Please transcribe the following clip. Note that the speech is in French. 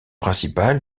principal